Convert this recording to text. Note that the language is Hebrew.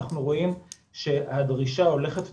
אנחנו רואים שהדרישה הולכת ועולה.